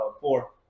Four